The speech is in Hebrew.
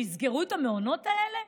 שיסגרו את המעונות האלה?